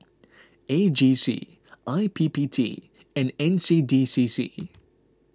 A G C I P P T and N C D C C